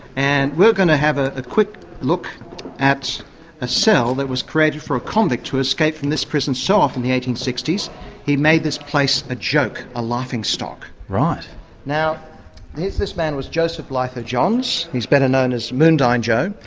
and we're going to have a a quick look at a cell that was created for a convict who escaped from this prison so often in the eighteen sixty s he made this place a joke, a laughing stock. ah and now this this man was joseph bolitho johns, who's better known as moondyne joe,